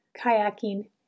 kayaking